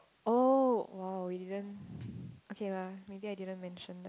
oh !wow! you didn't okay lah maybe I didn't mention that